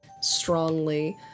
strongly